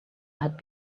had